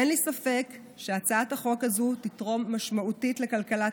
אין לי ספק שהצעת החוק הזו תתרום משמעותית לכלכלת